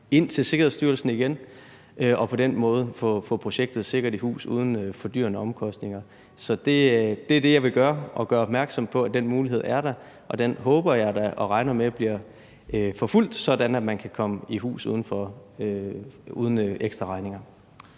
ind til Sikkerhedsstyrelsen igen og på den måde få projektet sikkert i hus uden fordyrende omkostninger. Så det er det, jeg vil gøre, altså gøre opmærksom på, at den mulighed er der. Og den håber jeg da og regner med bliver brugt, sådan at man kan komme i hus uden ekstraregninger.